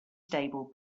stable